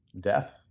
death